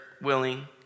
willing